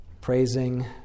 praising